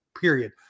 period